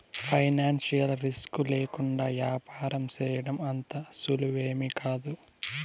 financial risk లేకుండా యాపారం సేయడం అంత సులువేమీకాదు